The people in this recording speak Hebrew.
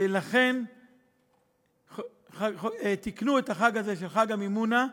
ולכן תיקנו את החג הזה, חג המימונה,